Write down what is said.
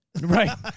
Right